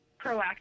proactive